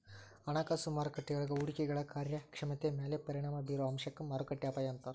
ಹಣಕಾಸು ಮಾರುಕಟ್ಟೆಯೊಳಗ ಹೂಡಿಕೆಗಳ ಕಾರ್ಯಕ್ಷಮತೆ ಮ್ಯಾಲೆ ಪರಿಣಾಮ ಬಿರೊ ಅಂಶಕ್ಕ ಮಾರುಕಟ್ಟೆ ಅಪಾಯ ಅಂತಾರ